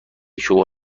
شما